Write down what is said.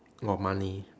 lot of money